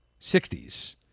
60s